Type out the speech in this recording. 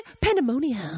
Pandemonium